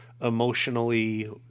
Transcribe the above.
emotionally